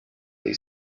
lay